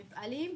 מפעלים,